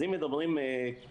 אז אם מדברים על חברות,